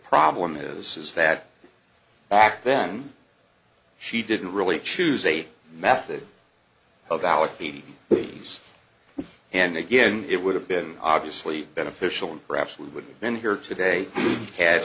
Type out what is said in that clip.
problem is is that back then she didn't really choose a method of our eighty days and again it would have been obviously beneficial and perhaps we wouldn't been here today had